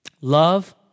Love